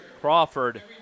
crawford